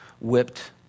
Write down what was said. whipped